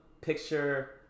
picture